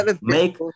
make